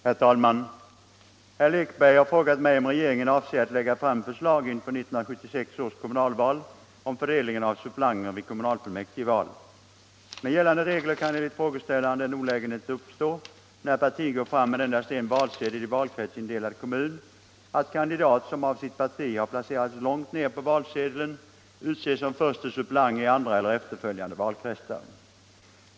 Herr talman! Herr Lekberg har frågat mig om regeringen avser att lägga fram förslag inför 1976 års kommunalval om fördelningen av suppleanter vid kommunfullmäktigeval. Med gällande regler kan enligt frågeställaren den olägenheten uppstå, när parti går fram med endast en valsedel i valkretsindelad kommun, att kandidat, som av sitt parti har placerats långt ner på valsedeln, utses som förste suppleant i andra eller efterföljande valkretsar.